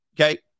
Okay